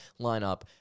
lineup